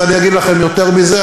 ואני אגיד לכם יותר מזה,